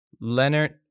Leonard